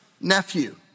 nephew